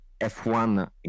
F1